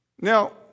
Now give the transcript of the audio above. Now